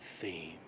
theme